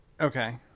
Okay